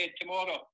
tomorrow